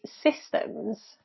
systems